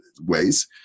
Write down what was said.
ways